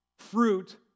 fruit